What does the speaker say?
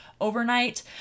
overnight